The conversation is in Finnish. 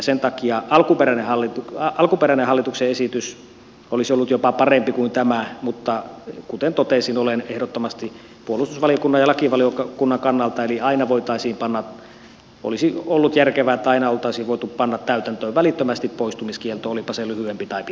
sen takia alkuperäinen hallituksen esitys olisi ollut jopa parempi kuin tämä mutta kuten totesin olen ehdottomasti puolustusvaliokunnan ja lakivaliokunnan kannalla eli olisi ollut järkevää että aina oltaisiin voitu panna täytäntöön välittömästi poistumiskielto olipa se lyhyempi tai pitempi